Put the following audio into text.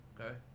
Okay